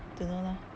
don't know lah